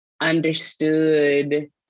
understood